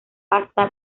hasta